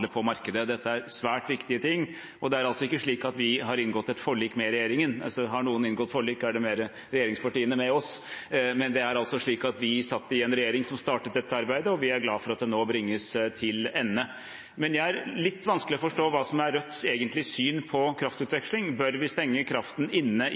på markedet. Dette er svært viktige ting, og det er ikke slik at vi har inngått et forlik med regjeringen. Hvis noen har inngått forlik, er det heller regjeringspartiene med oss. Vi satt i en regjering som startet dette arbeidet, og vi er glade for at det nå bringes til ende. Jeg har litt vanskelig med å forstå hva som er Rødts egentlige syn på kraftutveksling. Bør vi stenge kraften inne